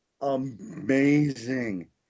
amazing